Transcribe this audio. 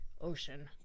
ocean